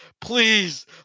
please